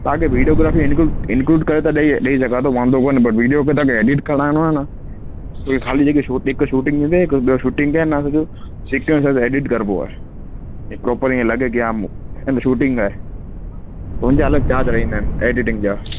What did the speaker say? तव्हांखे videography include include करे त ॾेई ॾेई सघा थो वांदो कोने पर विडियो में तव्हांखे एडिट कराइणो आहे न त ई ख़ाली जे के शूटिंग हिक शूटिंग हूंदी आहे हिक ॿियो शूटिंग खे आहे न हिक सिस्टम सां एडिट करिबो आहे प्रोपर इयं लॻे की हा शूटिंग आहे हुनजा अलॻि चार्ज रहंदा आहिनि एडिटिंग जा